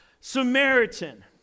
Samaritan